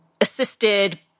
assisted